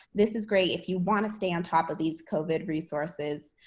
this is great if you want to stay on top of these covid resources